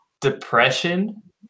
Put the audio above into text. depression